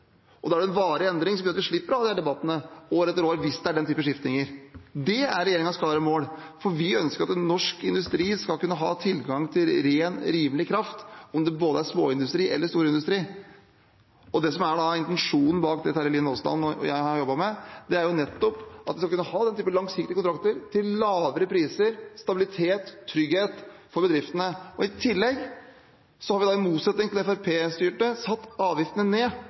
Da er det en varig endring som gjør at vi slipper å ha disse debattene år etter år hvis det er den typen skiftninger. Det er regjeringens klare mål, for vi ønsker at norsk industri skal kunne ha tilgang til ren, rimelig kraft, enten det er småindustri eller storindustri. Det som er intensjonen bak det Terje Aasland og jeg har jobbet med, er nettopp at en skal kunne ha den typen langsiktige kontrakter, til lavere priser – stabilitet og trygghet for bedriftene. I tillegg har vi, i motsetning til da Fremskrittspartiet styrte, satt avgiftene ned.